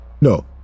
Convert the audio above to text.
no